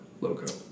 logo